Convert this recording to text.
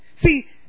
See